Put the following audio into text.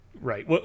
right